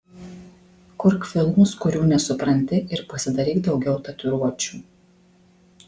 kurk filmus kurių nesupranti ir pasidaryk daugiau tatuiruočių